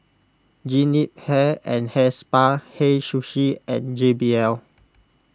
Jean Yip Hair and Hair Spa Hei Sushi and J B L